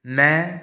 ਮੈਂ